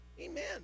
Amen